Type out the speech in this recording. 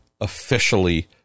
officially